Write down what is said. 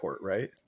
Right